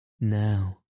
Now